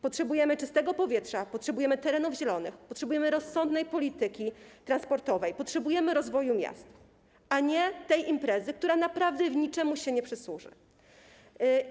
Potrzebujemy czystego powietrza, potrzebujemy terenów zielonych, potrzebujemy rozsądnej polityki transportowej, potrzebujemy rozwoju miast, a nie tej imprezy, która naprawdę niczemu się nie przysłuży.